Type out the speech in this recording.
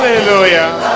Hallelujah